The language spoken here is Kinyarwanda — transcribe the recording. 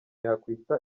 yakwita